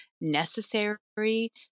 necessary